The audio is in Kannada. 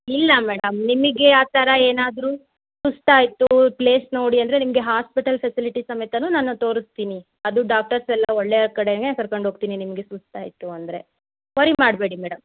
ಇಲ್ಲ ಮೇಡಮ್ ನಿಮಗೆ ಆ ಥರ ಏನಾದರೂ ಸುಸ್ತಾಯಿತು ಪ್ಲೇಸ್ ನೋಡಿ ಅಂದರೆ ನಿಮಗೆ ಹಾಸ್ಪಿಟಲ್ ಫೆಸಿಲಿಟಿ ಸಮೇತನೂ ನಾನು ತೋರ್ಸ್ತಿನಿ ಅದು ಡಾಕ್ಟರ್ಸ್ ಎಲ್ಲ ಒಳ್ಳೆ ಕಡೆಗೆ ಕರ್ಕೊಂಡು ಹೋಗ್ತೀನಿ ನಿಮಗೆ ಸುಸ್ತಾಯಿತು ಅಂದರೆ ವರಿ ಮಾಡಬೇಡಿ ಮೇಡಮ್